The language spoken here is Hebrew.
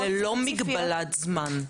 הם ללא מגבלת זמן.